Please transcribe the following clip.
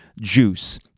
Juice